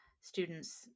students